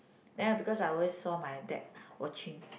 then because I always saw my dad watching